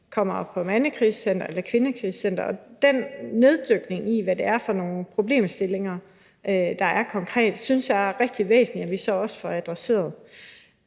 om det er et mandekrisecenter eller et kvindekrisecenter – og den neddykning i, hvad det er for nogle konkrete problemstillinger, der er, synes jeg er rigtig væsentlig, at vi så også får adresseret.